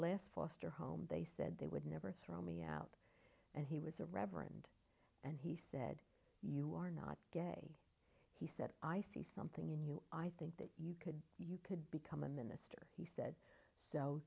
list foster home they said they would never throw me out and he was a reverend and he said you are not gay he said i see something in you i think that could become a minister he said so